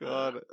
God